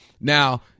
now